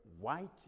white